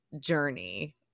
journey